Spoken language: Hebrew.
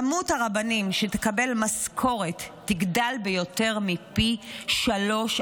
כמות הרבנים שתקבל משכורת תגדל יותר מפי שלושה,